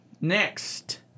Next